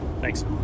thanks